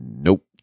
nope